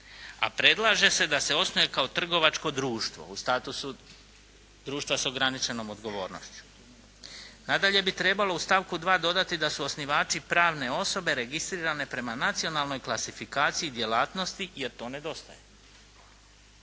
a predlaže se da se osnuje kao trgovačko društvo u statusu društva s ograničenom odgovornošću. Nadalje bi trebalo u stavku 2. dodati da su osnivači pravne osobe registrirane prema nacionalnoj klasifikaciji djelatnosti jer to nedostaje.